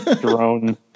drone